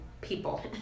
people